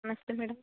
ನಮಸ್ತೇ madam